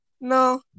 No